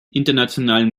internationalen